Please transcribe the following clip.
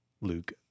Luke